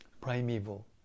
primeval